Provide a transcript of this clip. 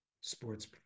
sports